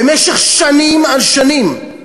במשך שנים על שנים.